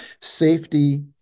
safety